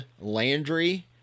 Landry